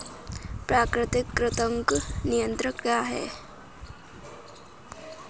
प्राकृतिक कृंतक नियंत्रण क्या है?